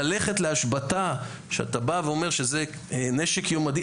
ללכת להשבתה כשאתה בא ואומר שזה נשק יום הדין,